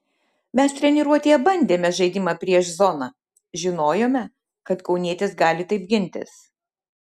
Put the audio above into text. mes treniruotėje bandėme žaidimą prieš zoną žinojome kad kaunietės gali taip gintis